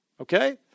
okay